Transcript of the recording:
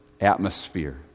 atmosphere